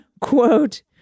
quote